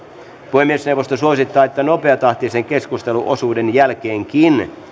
puhemiesneuvosto suosittaa että nopeatahtisen keskusteluosuuden jälkeenkin